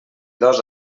dos